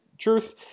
truth